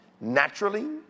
naturally